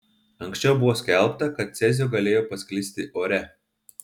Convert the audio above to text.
anksčiau buvo skelbta kad cezio galėjo pasklisti ore